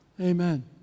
amen